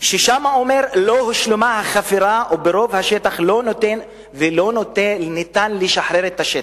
אומר: לא הושלמה החפירה ברוב השטח ולא ניתן לשחרר את השטח,